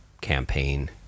campaign